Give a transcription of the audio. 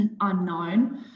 unknown